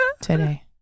today